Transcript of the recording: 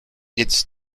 its